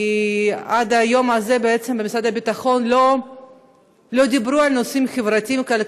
כי עד היום הזה בעצם במשרד הביטחון לא דיברו על נושאים חברתיים-כלכליים,